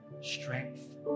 strength